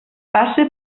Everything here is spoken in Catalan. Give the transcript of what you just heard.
passa